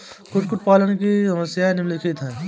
कुक्कुट पालन की समस्याएँ निम्नलिखित हैं